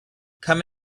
come